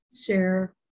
share